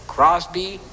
Crosby